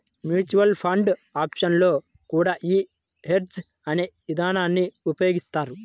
future and options లో కూడా యీ హెడ్జ్ అనే ఇదానాన్ని ఉపయోగిత్తారు